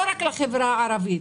לא רק לחברה הערבית.